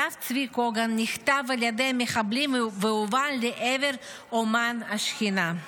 הרב צבי קוגן נחטף על ידי מחבלים והובא לעבר עומאן השכנה.